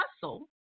hustle